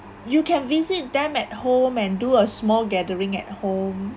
you can visit them at home and do a small gathering at home